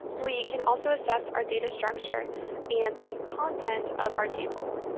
we can also assess our data structure and the content of our tables.